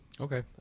Okay